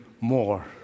more